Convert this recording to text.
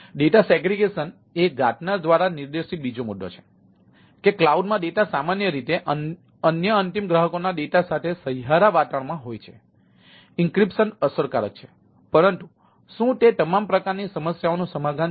data segregation અસરકારક છે પરંતુ શું તે તમામ પ્રકારની સમસ્યાઓનું સમાધાન છે